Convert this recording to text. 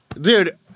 Dude